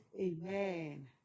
Amen